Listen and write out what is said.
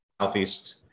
Southeast